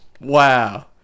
Wow